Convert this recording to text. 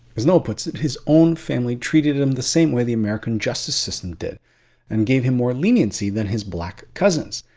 as noah puts it his own family treated him the same way the american justice system did and gave him more leniency than his black cousins.